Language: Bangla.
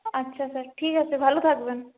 আচ্ছা স্যার ঠিক আছে ভালো থাকবেন